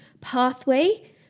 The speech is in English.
pathway